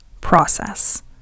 process